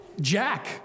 Jack